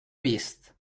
vist